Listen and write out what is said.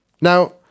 Now